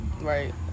Right